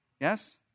yes